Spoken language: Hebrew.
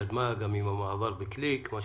היום ה-15 למרץ, 2021, ב' בניסן תשפ"א.